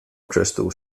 crystal